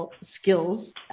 skills